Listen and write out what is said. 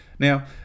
Now